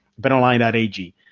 BetOnline.ag